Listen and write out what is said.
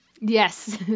Yes